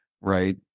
Right